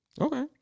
okay